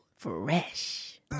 Fresh